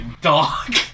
dog